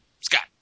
Scott